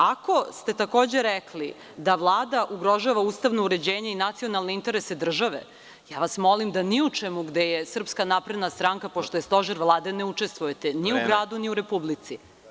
Ako ste takođe rekli da Vlada ugrožava ustavno uređenje i nacionalne interese države, ja vas molim da ni u čemu gde je SNS, pošto je stožer Vlade ne učestvujete. (Predsedavajući: Vreme.) …ni u gradu ni u Republici.